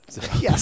Yes